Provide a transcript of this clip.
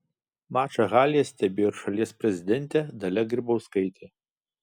mačą halėje stebėjo ir šalies prezidentė dalia grybauskaitė